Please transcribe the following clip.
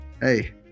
hey